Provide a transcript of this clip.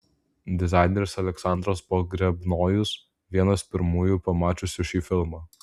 dizaineris aleksandras pogrebnojus vienas pirmųjų pamačiusių šį filmą